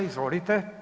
Izvolite.